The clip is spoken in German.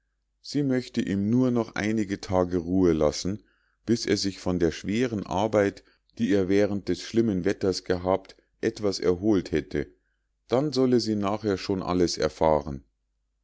sie möchte ihm nur noch einige tage ruhe lassen bis er sich von der schweren arbeit die er während des schlimmen wetters gehabt etwas erholt hätte dann solle sie nachher schon alles erfahren